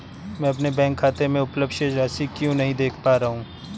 मैं अपने बैंक खाते में उपलब्ध शेष राशि क्यो नहीं देख पा रहा हूँ?